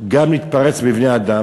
גם להתפרץ בבני-אדם.